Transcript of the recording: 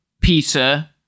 Peter